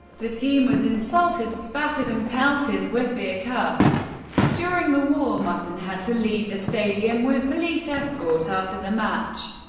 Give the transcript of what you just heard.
the team was insulted, spat at and pelted with beer cups during the warm-up, and had to leave the stadium with police escort after the match.